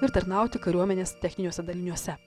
ir tarnauti kariuomenės techniniuose daliniuose